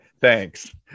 Thanks